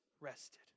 rested